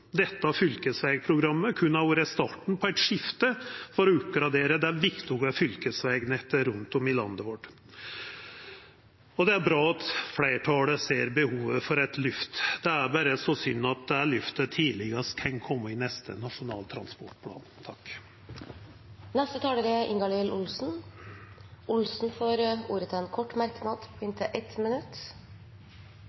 Dette fylkesvegprogrammet kunne ha vore starten på eit skifte for å oppgradera det viktige fylkesvegnettet rundt om i landet vårt. Det er bra at fleirtalet ser behovet for eit lyft, det er berre synd at det lyftet tidlegast kan koma i neste nasjonale transportplan. Representanten Ingalill Olsen har hatt ordet to ganger tidligere og får ordet til en kort merknad,